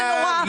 זה נורא,